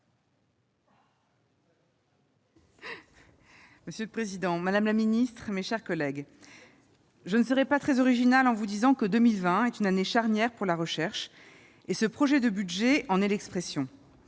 Monsieur le président, madame la ministre, mes chers collègues, je ne serai pas très originale en vous disant que 2020 sera une année charnière pour la recherche. Ce projet de budget en est l'expression.